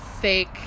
fake